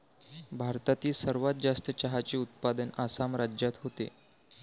भारतातील सर्वात जास्त चहाचे उत्पादन आसाम राज्यात होते